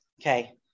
okay